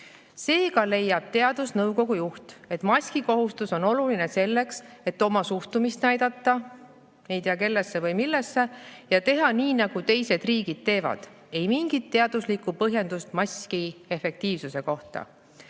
Seega leiab teadusnõukoja juht, et maskikohustus on oluline selleks, et oma suhtumist näidata – ei tea, kellesse või millesse – ja teha nii, nagu teised riigid teevad. Ei mingit teaduslikku põhjendust maski efektiivsuse